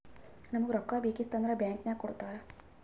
ನಮುಗ್ ರೊಕ್ಕಾ ಬೇಕಿತ್ತು ಅಂದುರ್ ಬ್ಯಾಂಕ್ ನಾಗ್ ಕೊಡ್ತಾರ್